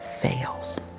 fails